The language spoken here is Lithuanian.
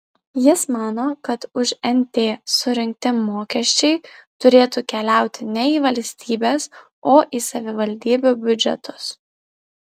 jis mano kad už nt surinkti mokesčiai turėtų keliauti ne į valstybės o į savivaldybių biudžetus